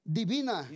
divina